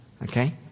Okay